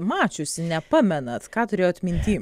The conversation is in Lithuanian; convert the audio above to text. mačiusi nepamenat ką turėjot minty